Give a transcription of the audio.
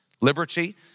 liberty